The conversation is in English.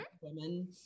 women